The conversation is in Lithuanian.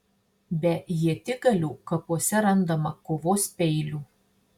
be ietigalių kapuose randama kovos peilių